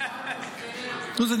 אתה מוכן בבקשה לאפס, אדוני?